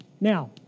Now